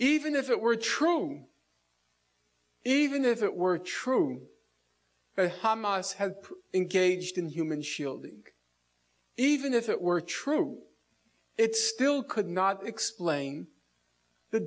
even if it were true even if it were true hamas has engaged in human shields even if it were true it still could not explain the